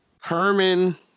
Herman